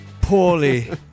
poorly